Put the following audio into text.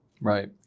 Right